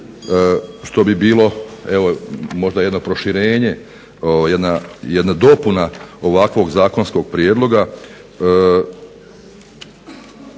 što bi bilo evo možda jedno proširenje, jedna dopuna ovakvog zakonskog prijedloga